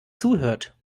zuhört